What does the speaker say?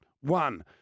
One